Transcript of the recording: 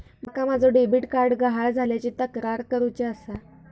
माका माझो debit card गहाळ झाल्याची तक्रार करुची आसा